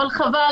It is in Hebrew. אבל חבל,